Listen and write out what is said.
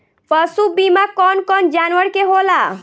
पशु बीमा कौन कौन जानवर के होला?